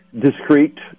discreet